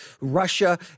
Russia